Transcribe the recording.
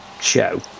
show